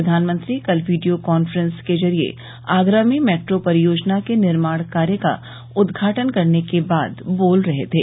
प्रधानमंत्री कल video conference के जरिए आगरा में मेट्रो परियोजना के निर्माण कार्य का उदघाटन करने के बाद बोल रहे थे